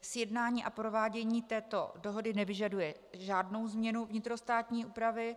Sjednání a provádění této dohody nevyžaduje žádnou změnu vnitrostátní úpravy.